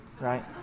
right